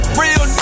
real